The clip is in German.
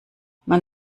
man